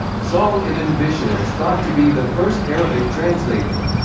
sahl ibn bishr is thought to be the first arabic translator.